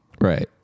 Right